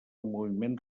moviment